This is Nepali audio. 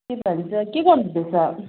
के भन्छ के गर्नु हुँदैछ